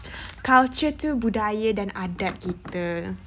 culture itu budaya dan adab kita